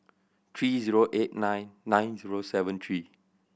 three zero eight nine nine zero seven three